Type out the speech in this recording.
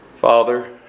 Father